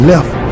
Left